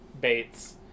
Bates